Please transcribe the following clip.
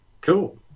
Cool